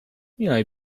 میای